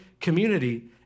community